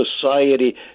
society